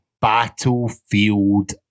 battlefield